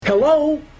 Hello